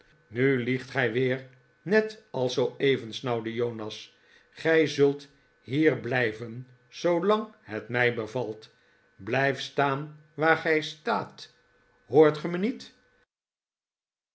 nu liegt gij weer net als zooeven snauwde jonas gij zult hier blijven zoolang het mij bevalt blijf staan waar gij staat hoort ge me niet